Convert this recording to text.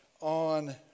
on